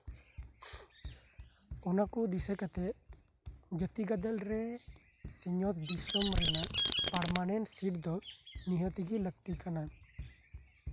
ᱚᱱᱟᱠᱚ ᱫᱤᱥᱟᱹ ᱠᱟᱛᱮ ᱡᱟᱛᱤ ᱜᱟᱫᱮᱞ ᱨᱮ ᱥᱤᱧ ᱚᱛ ᱫᱤᱥᱚᱢ ᱨᱮᱱᱟᱜ ᱯᱟᱨᱢᱟᱱᱮᱱᱴ ᱥᱤᱴ ᱫᱚ ᱱᱤᱦᱟᱹᱛ ᱜᱮ ᱞᱟᱹᱠᱛᱤ ᱠᱟᱱᱟ